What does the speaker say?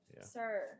sir